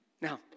Now